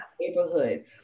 neighborhood